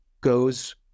goes